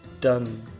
done